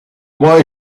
why